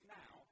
now